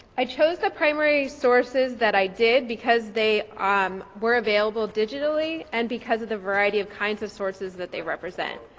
i chose the primary sources that i did because they um were available digitally and because of the variety of kinds of sources that they represent.